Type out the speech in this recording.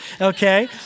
okay